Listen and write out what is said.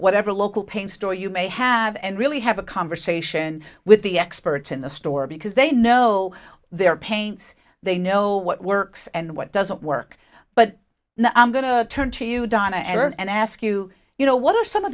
whatever local paint store you may have and really have a conversation with the experts in the store because they know their paints they know what works and what doesn't work but i'm going to turn to you donna and ask you you know what are some of